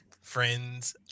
friends